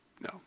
no